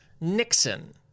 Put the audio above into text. Nixon